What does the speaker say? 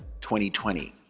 2020